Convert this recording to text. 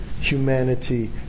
humanity